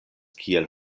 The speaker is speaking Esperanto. kiel